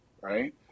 right